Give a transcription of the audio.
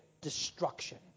destruction